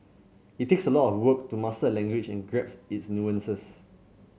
it takes a lot of work to master a language and grasp its nuances